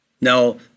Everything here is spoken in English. Now